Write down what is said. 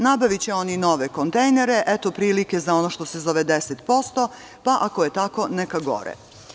Nabaviće oni nove kontejnere, eto prilike za ono što se zove 10%, pa ako je tako, neka gore.